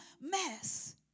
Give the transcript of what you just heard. mess